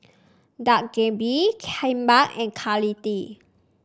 Dak Galbi Kimbap and